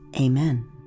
Amen